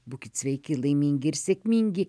būkit sveiki laimingi ir sėkmingi